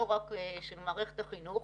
לא רק של מערכת החינוך,